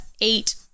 eight